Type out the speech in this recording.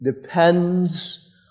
depends